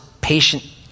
patient